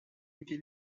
été